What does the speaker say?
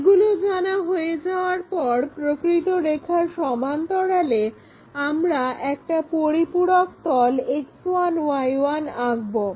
এগুলো জানা হয়ে যাওয়ার পর প্রকৃত রেখার সমান্তরালে আমরা একটা পরিপূরক তল X1Y1 আঁকবো